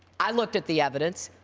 i looked at the evidence.